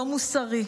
לא מוסרי,